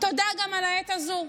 תודה גם על העת הזאת,